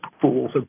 fools